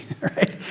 right